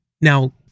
Now